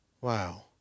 wow